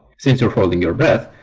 since you're holding your breath,